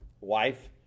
wife